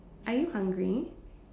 are you hungry